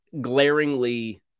glaringly